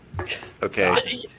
Okay